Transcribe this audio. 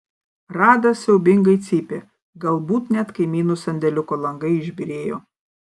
rada siaubingai cypė galbūt net kaimynų sandėliuko langai išbyrėjo